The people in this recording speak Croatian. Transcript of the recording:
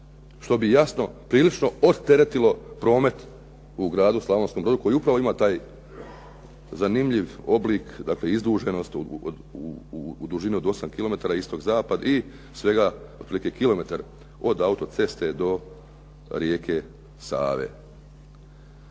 što bi jasno prilično odteretilo promet u gradu Slavonskom Brodu koji upravo ima taj zanimljiv oblik, dakle izduženost u dužini od 8 kilometara istok-zapad i svega, otprilike kilometar od autoceste do rijeke Save.